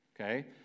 Okay